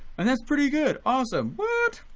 and that's pretty good, awesome, what!